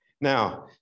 Now